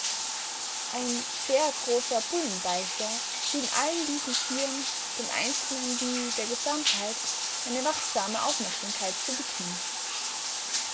ein sehr großer bullenbeißer schien allen diesen tieren dem einzelnen wie der gesamtheit eine wachsame aufmerksamkeit zu widmen